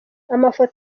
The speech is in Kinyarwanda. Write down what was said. amafoto